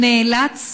הוא נאלץ